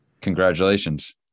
Congratulations